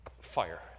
Fire